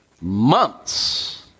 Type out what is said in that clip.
months